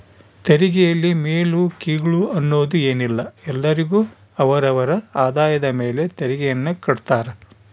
ತೆರಿಗೆಯಲ್ಲಿ ಮೇಲು ಕೀಳು ಅನ್ನೋದ್ ಏನಿಲ್ಲ ಎಲ್ಲರಿಗು ಅವರ ಅವರ ಆದಾಯದ ಮೇಲೆ ತೆರಿಗೆಯನ್ನ ಕಡ್ತಾರ